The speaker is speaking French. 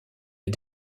des